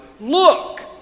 look